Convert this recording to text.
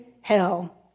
hell